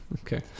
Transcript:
Okay